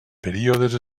períodes